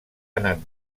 anat